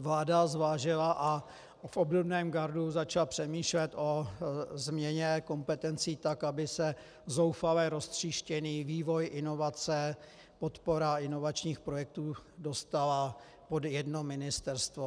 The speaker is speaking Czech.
vláda zvážila a v obdobném gardu začala přemýšlet o změně kompetencí tak, aby se zoufale roztříštěný vývoj inovace, podpora inovačních projektů dostala pod jedno ministerstvo.